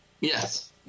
Yes